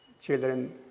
children